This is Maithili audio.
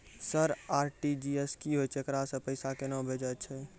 सर आर.टी.जी.एस की होय छै, एकरा से पैसा केना भेजै छै?